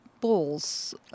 balls